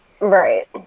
Right